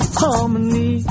harmony